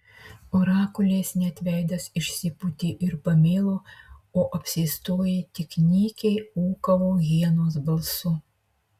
orakulės net veidas išsipūtė ir pamėlo o apsėstoji tik nykiai ūkavo hienos balsu